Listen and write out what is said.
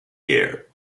year